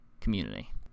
community